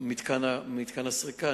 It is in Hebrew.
ומתקן הסריקה.